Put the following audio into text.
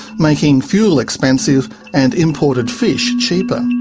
making fuel expensive and imported fish cheaper.